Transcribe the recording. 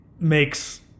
makes